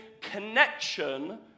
connection